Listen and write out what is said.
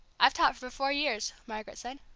i've taught for four years, margaret said.